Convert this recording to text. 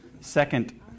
second